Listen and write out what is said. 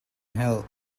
help